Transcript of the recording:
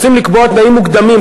רוצים לקבוע תנאים מוקדמים,